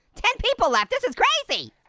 ten people left, this is crazy.